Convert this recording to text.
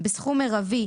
משרד הביטחון,